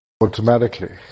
automatically